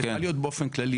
צריכה להיות באופן כללי,